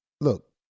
look